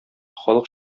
халык